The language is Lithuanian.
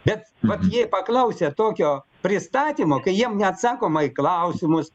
bet vat jie paklausę tokio pristatymo kai jiem neatsakoma į klausimus